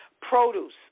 produce